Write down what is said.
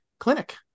clinic